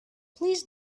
please